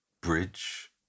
Bridge